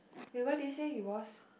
wait what did you say it was